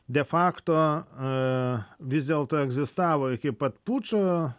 de fakto vis dėlto egzistavo iki pat pučo